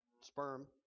sperm